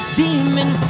demon